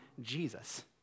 Jesus